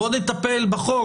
בוא נטפל בחוק,